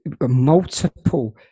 multiple